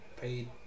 paid